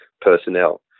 personnel